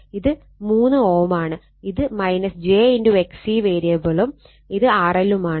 ഇത് 3 Ω ആണ് ഇത് j XC വേരിയബിളും ഇത് RL ഉം ആണ്